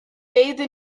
bathe